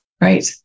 Right